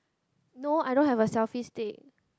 no I don't have a selfie stick